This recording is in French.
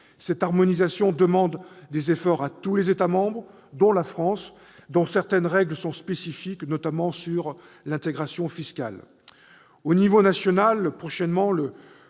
Cette harmonisation demande des efforts à tous les États membres- y compris la France -, dont certaines règles sont spécifiques, notamment sur l'intégration fiscale. Au niveau national, le projet